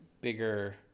bigger